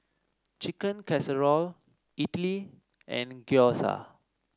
Chicken Casserole Idili and Gyoza